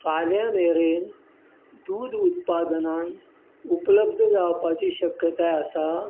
फाल्यां मेरेन दूद उत्पादनान उपलब्द जावपाची शक्यताय आसा